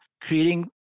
creating